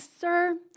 sir